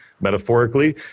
metaphorically